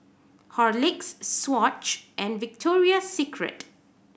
Horlicks Swatch and Victoria Secret